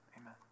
amen